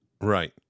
right